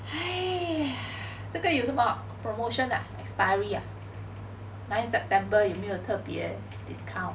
这个有什么 promotion ah expiry ah nine september 有没有特别 discount